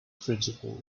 principle